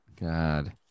God